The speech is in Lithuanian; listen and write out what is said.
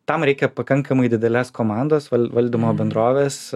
tam reikia pakankamai didelės komandos valdymo bendrovės